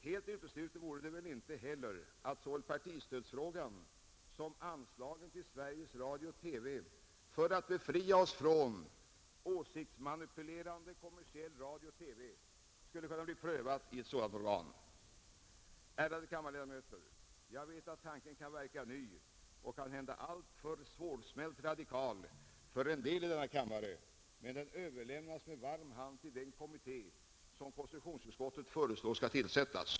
Helt uteslutet vore det väl inte heller att såväl partistödsfrågan som anslagen till Sveriges Radio-TV — för att befria oss från åsiktsmanipulerande kommersiell radio och TV — skulle bli prövade i ett sådant organ, Ärade kammarledamöter! Jag vet att tanken kan verka ny och kanhända alltför svårsmält radikal för en del i denna kammare, men den överlämnas med varm hand till den kommitté som konstitutionsutskottet föreslår skall tillsättas.